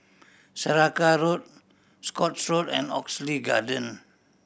Saraca Road Scotts Road and Oxley Garden